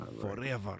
forever